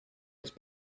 its